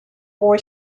boy